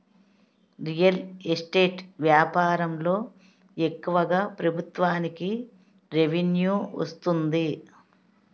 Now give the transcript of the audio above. real estate వ్యాపారంలో ఎక్కువగా ప్రభుత్వానికి రెవెన్యూ వస్తుంది